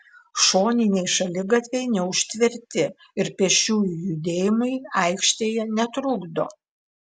šoniniai šaligatviai neužtverti ir pėsčiųjų judėjimui aikštėje netrukdo